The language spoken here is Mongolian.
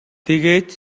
тэгээд